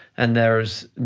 and there's